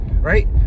right